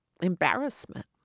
embarrassment